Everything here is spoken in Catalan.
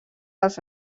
dels